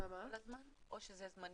שזה זמני?